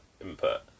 input